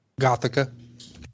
Gothica